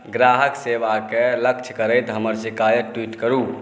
ग्राहक सेवाके लक्ष्य करैत हमर शिकायत ट्वीट करू